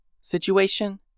situation